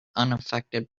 unaffected